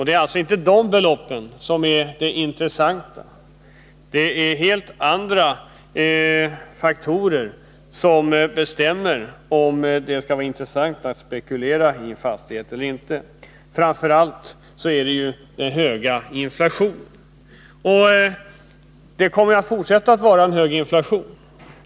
Det är alltså inte de beloppen som är det intressanta; det är helt andra faktorer — framför allt är det ju den höga inflationen — som bestämmer om det skall vara intressant att spekulera i en fastighet eller inte. Och inflationen kommer att fortsätta att vara hög.